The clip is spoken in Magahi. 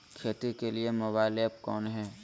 खेती के लिए मोबाइल ऐप कौन है?